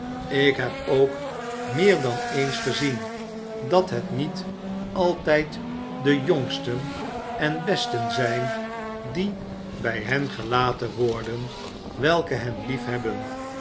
ik heb ook meer dan eens gezien dat het niet altijd de jongsten en besten zijn die bij hen gelaten worden welke hen liefhebben